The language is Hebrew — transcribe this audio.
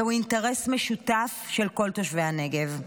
זהו אינטרס משותף של כל תושבי הנגב.